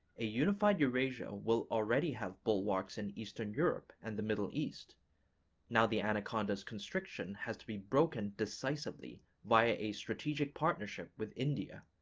a unified eurasia will already have bulwarks in eastern europe and the middle east now the anaconda's constriction has to be broken decisively via a strategic partnership with india,